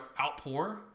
outpour